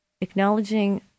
acknowledging